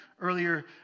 earlier